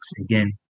again